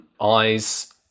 eyes